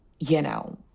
you know.